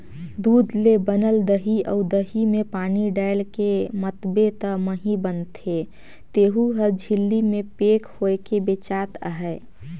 दूद ले बनल दही अउ दही में पानी डायलके मथबे त मही बनथे तेहु हर झिल्ली में पेक होयके बेचात अहे